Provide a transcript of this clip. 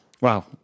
wow